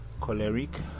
choleric